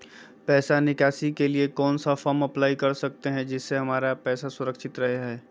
पैसा निकासी के लिए कौन सा फॉर्म अप्लाई कर सकते हैं जिससे हमारे पैसा सुरक्षित रहे हैं?